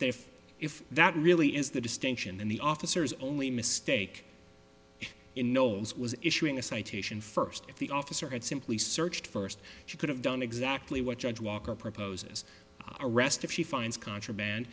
if if that really is the distinction then the officers only mistake in nose was issuing a citation first if the officer had simply searched first she could have done exactly what judge walker proposes arrest if she finds contraband